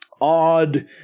odd